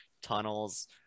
tunnels